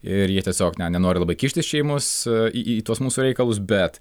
ir jie tiesiog ne nenori labai kištis čia į mus į į tuos mūsų reikalus bet